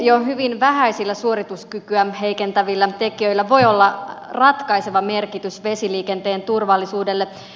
jo hyvin vähäisillä suorituskykyä heikentävillä tekijöillä voi olla ratkaiseva merkitys vesiliikenteen turvallisuudelle